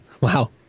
Wow